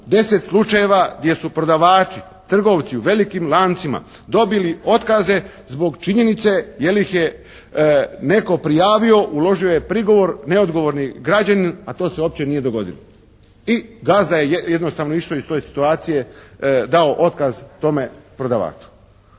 10 slučajeva gdje su prodavači, trgovci u velikim lancima dobili otkaze zbog činjenice jer ih je netko prijavio, uložio je prigovor neodgovorni građanin, a to se uopće nije dogodilo. I gazda je jednostavno išao iz te situacije, dao otkaz tome prodavaču.